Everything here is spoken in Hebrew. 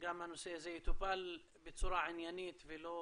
שגם הנושא הזה יטופל בצורה עניינית ולא